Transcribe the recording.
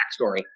backstory